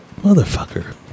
Motherfucker